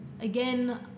again